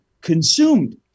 consumed